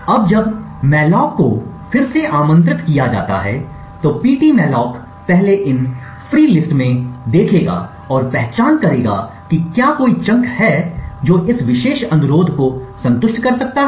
अब जब मॉलॉक को फिर से आमंत्रित किया जाता है तो पीटीमेलाक पहले इन मुफ्त सूची में देखेगा और पहचान करेगा कि क्या कोई चंक है जो इस विशेष अनुरोध को संतुष्ट कर सकता है